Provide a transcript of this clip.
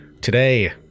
Today